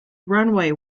runway